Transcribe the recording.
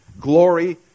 Glory